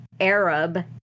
Arab